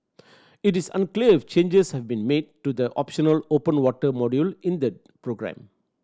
it is unclear if changes have been made to the optional open water module in the programme